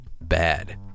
bad